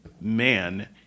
man